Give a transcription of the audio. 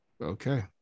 Okay